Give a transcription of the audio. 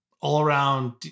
all-around